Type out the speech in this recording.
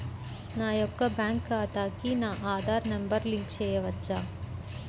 నా యొక్క బ్యాంక్ ఖాతాకి నా ఆధార్ నంబర్ లింక్ చేయవచ్చా?